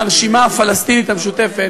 מהרשימה הפלסטינית המשותפת,